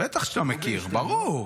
בטח שאתה מכיר, ברור.